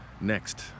Next